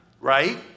right